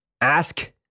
ask